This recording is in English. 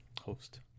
host